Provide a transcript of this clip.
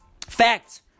Facts